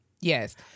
Yes